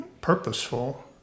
purposeful